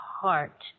heart